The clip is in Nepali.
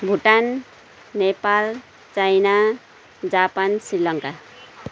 Bhutan Nepal China Japan Sri Lanka